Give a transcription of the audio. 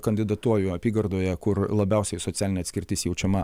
kandidatuoju apygardoje kur labiausiai socialinė atskirtis jaučiama